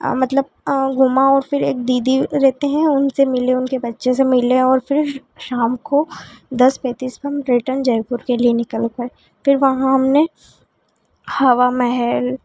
हाँ मतलब घूमा और फ़िर एक दीदी रहती हैं उनसे मिले उनके बच्चे से मिले और फ़िर शाम को दस पैंतीस पर हम रिटर्न जयपुर के लिए निकल गए फ़िर वहाँ हमने हवा महल